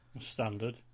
Standard